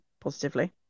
positively